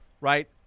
right